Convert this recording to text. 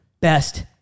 best